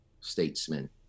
statesman